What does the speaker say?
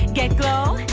get glow